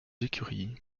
écuries